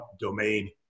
domain